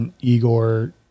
igor